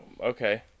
Okay